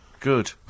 Good